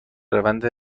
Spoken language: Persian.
روند